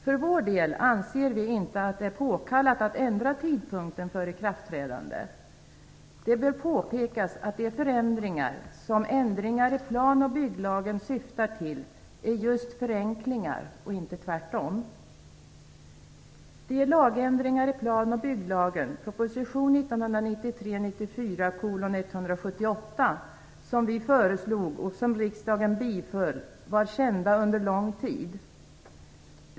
För vår del anser vi inte att det är påkallat att ändra tidpunkten för ikraftträdande. Det bör påpekas att de förändringar som ändringar i planoch bygglagen syftar till är just förenklingar och inte tvärtom. De lagändringar i plan och bygglagen, proposition 1993/94:178, som vi föreslog och som riksdagen biföll var kända under lång tid.